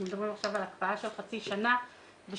מדברים עכשיו על הקפאה של חצי שנה ושוב,